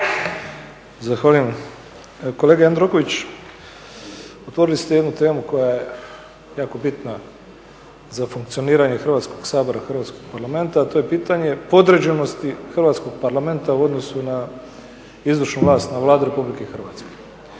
Zahvaljujem. Kolega Jandroković, otvorili ste jednu temu koja je jako bitna za funkcioniranje Hrvatskog sabora, hrvatskog Parlamenta a to je pitanje podređenosti hrvatskog Parlamenta u odnosu na izvršnu vlast, na Vladu Republike Hrvatske.